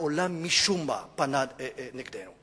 העולם משום מה פנה נגדנו.